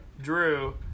Drew